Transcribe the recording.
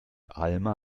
alma